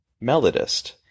Melodist